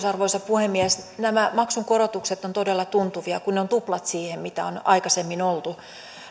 arvoisa puhemies nämä maksun korotukset ovat todella tuntuvia kun ne ovat tuplat siihen mitä on aikaisemmin